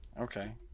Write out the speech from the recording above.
Okay